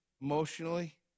emotionally